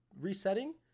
resetting